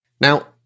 Now